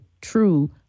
true